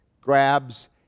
grabs